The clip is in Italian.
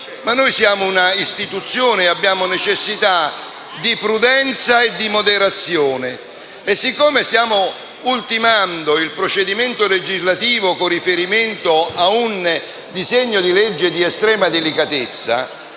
- ma siamo un'istituzione e abbiamo necessità di prudenza e di moderazione. Siccome stiamo ultimando il procedimento legislativo con riferimento ad un disegno di legge di estrema delicatezza,